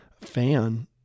fan